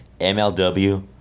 MLW